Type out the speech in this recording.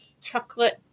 chocolate